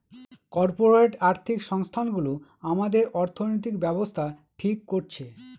corporate আর্থিক সংস্থানগুলো আমাদের অর্থনৈতিক ব্যাবস্থা ঠিক করছে